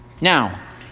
Now